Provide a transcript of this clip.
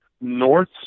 north